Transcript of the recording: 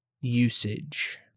usage